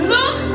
Look